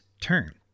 turn